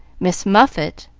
miss muffet,